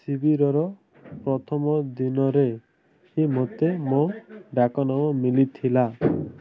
ଶିବିରର ପ୍ରଥମ ଦିନରେ ହିଁ ମୋତେ ମୋ ଡାକ ନାମ ମିଳିଥିଲା